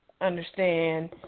understand